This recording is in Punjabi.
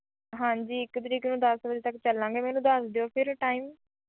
ਹਾਂਜੀ ਇੱਕ ਤਰੀਕ ਨੂੰ ਦਸ ਵਜੇ ਤੱਕ ਚੱਲਾਂਗੇ ਮੈਨੂੰ ਦੱਸ ਦਿਓ ਫਿਰ ਟਾਈਮ